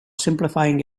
simplifying